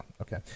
okay